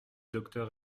docteur